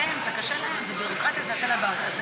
שזה קשה להם, שזו ביורוקרטיה ושזה יעשה להם בעיות.